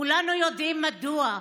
כולנו יודעים מדוע,